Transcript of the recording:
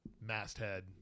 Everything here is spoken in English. masthead